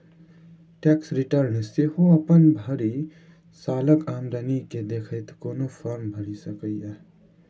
tax return सेहो अपन भरि सालक आमदनी केँ देखैत कोनो फर्म भरि सकैए